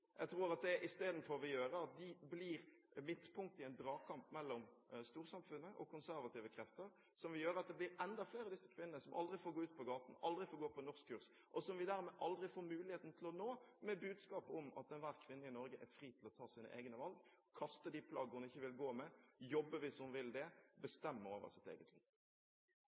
Jeg tror at det isteden vil gjøre at de blir midtpunkt i en dragkamp mellom storsamfunnet og konservative krefter, som vil gjøre at det blir enda flere av disse kvinnene som aldri får gå ute på gaten, aldri får gå på norskkurs, og som vi dermed aldri får muligheten til å nå med budskapet om at enhver kvinne i Norge er fri til å ta sine egne valg, kaste de plagg hun ikke vil gå med, jobbe hvis hun vil det – bestemme over sitt